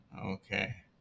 okay